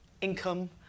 income